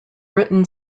written